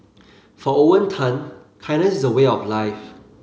for Owen Tan kindness is a way of life